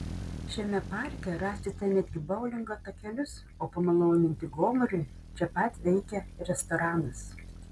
šiame parke rasite netgi boulingo takelius o pamaloninti gomuriui čia pat veikia restoranas